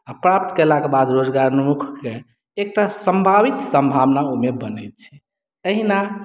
आ प्राप्त केलाक बाद रोजगारोन्मुख एकटा सम्भावित सम्भावना ओहिमे बनैत छै एहिना